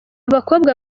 bakobwa